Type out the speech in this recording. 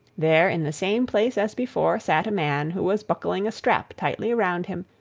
there in the same place as before sat a man who was buckling a strap tightly around him,